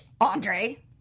Andre